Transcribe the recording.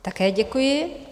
Také děkuji.